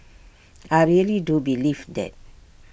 I really do believe that